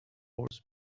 horse